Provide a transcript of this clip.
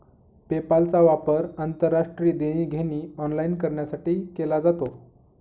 पेपालचा वापर आंतरराष्ट्रीय देणी घेणी ऑनलाइन करण्यासाठी केला जातो